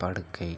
படுக்கை